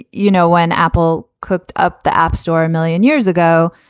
you know, when apple cooked up the app store a million years ago,